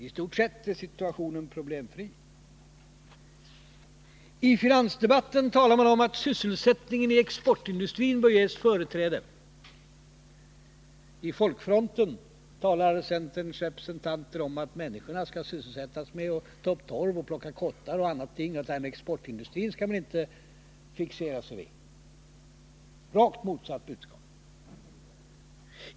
I stort sett är situationen problemfri. I finansdebatten talar man om att sysselsättningen i exportindustrin bör ges företräde. I Folkfronten talar centerns representanter om att människorna skall sysselsättas med att ta upp torv, plocka kottar och annat och att detta med exportindustri inte är någonting att fixera sig vid. Det är rakt motsatt budskap.